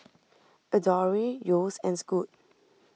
Adore Yeo's and Scoot